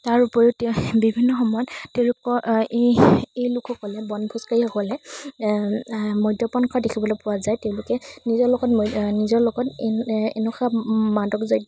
তাৰ উপৰিও তেওঁ বিভিন্ন সময়ত তেওঁলোকৰ এই এই লোকসকলে বনভোজকাৰীসকলে মদ্যপান কৰা দেখিবলৈ পোৱা যায় তেওঁলোকে নিজৰ লগত নিজৰ লগত এনেকুৱা মাদক দ্ৰব্যৰ